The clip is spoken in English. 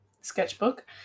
sketchbook